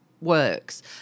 works